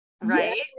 right